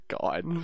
God